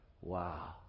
wow